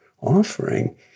offering